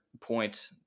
point